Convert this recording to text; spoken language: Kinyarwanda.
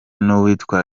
n’uwitwa